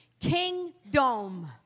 Kingdom